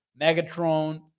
Megatron